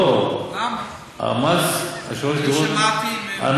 לא, המס על שלוש דירות, מס